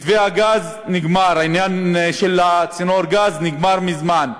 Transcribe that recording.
מתווה הגז נגמר, העניין של צינור הגז נגמר מזמן,